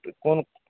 तऽ कोन